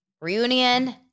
reunion